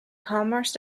commerce